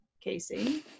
Casey